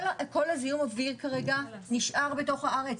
כל זיהום האוויר כרגע נשאר בתוך הארץ.